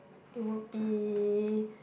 it would be